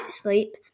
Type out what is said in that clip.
sleep